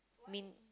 mint